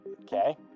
Okay